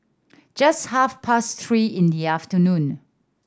just half past three in the afternoon